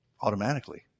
automatically